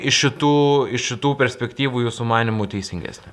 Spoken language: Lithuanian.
iš šitų iš šitų perspektyvų jūsų manymu teisingesnė